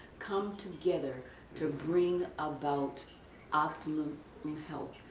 come together to bring about optimum health.